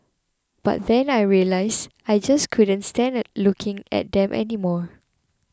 but then I realised I just couldn't standard looking at them anymore